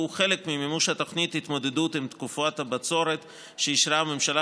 והוא חלק ממימוש תוכנית התמודדות עם תקופות בצורת שאישרה הממשלה